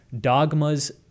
dogmas